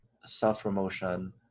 self-promotion